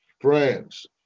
France